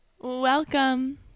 Welcome